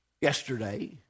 Yesterday